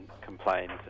complained